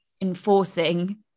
enforcing